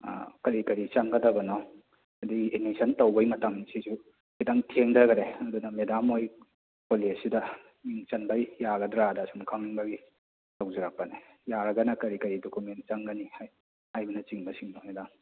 ꯀꯔꯤ ꯀꯔꯤ ꯆꯪꯒꯗꯕꯅꯣ ꯑꯗꯒꯤ ꯑꯦꯠꯃꯤꯁꯟ ꯇꯧꯕꯒꯤ ꯃꯇꯝꯁꯤꯁꯨ ꯈꯤꯇꯪ ꯊꯦꯡꯊꯈꯔꯦ ꯑꯗꯨꯅ ꯃꯦꯗꯥꯝ ꯍꯣꯏ ꯀꯣꯂꯦꯖꯁꯤꯗ ꯃꯤꯡ ꯆꯟꯕꯩ ꯌꯥꯒꯗ꯭ꯔꯅ ꯁꯨꯝ ꯈꯪꯅꯤꯡꯕꯒꯤ ꯇꯧꯖꯔꯛꯄꯅꯦ ꯌꯥꯔꯒꯅ ꯀꯔꯤ ꯀꯔꯤ ꯗꯣꯀꯨꯃꯦꯟ ꯆꯪꯒꯅꯤ ꯍꯥꯏꯕꯅ ꯆꯤꯡꯕ ꯁꯤꯡꯗꯣ ꯃꯦꯗꯥꯝ